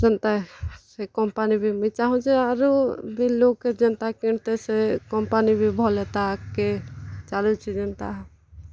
ଯେନ୍ତା ସେ କମ୍ପାନୀ ବି ମୁଇଁ ଚାହୁଁଛେ ଆରୁ ବି ଲୋକ୍ ବି ଯେନ୍ତା କିଣ୍ତେ ସେ କମ୍ପାନୀ ବି ଭଲ୍ ହେତା ଆଗ୍କେ ଚାଲୁଛେ ଯେନ୍ତା